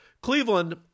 Cleveland